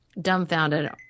dumbfounded